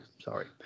Sorry